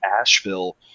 Asheville